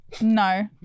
No